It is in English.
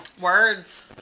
Words